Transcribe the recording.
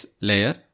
layer